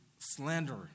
slander